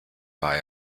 war